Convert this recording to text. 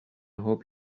hope